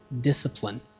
discipline